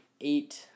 eight